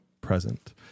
present